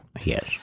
Yes